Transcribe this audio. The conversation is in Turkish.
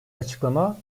açıklama